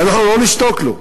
ואנחנו לא נשתוק לו.